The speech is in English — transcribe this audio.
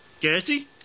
Gassy